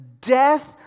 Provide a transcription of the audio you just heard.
death